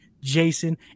Jason